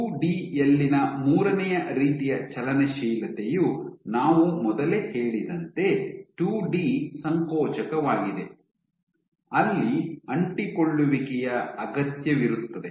ಟೂಡಿ ಯಲ್ಲಿನ ಮೂರನೆಯ ರೀತಿಯ ಚಲನಶೀಲತೆಯು ನಾವು ಮೊದಲೇ ಹೇಳಿದಂತೆ ಟೂಡಿ ಸಂಕೋಚಕವಾಗಿದೆ ಅಲ್ಲಿ ಅಂಟಿಕೊಳ್ಳುವಿಕೆಯ ಅಗತ್ಯವಿರುತ್ತದೆ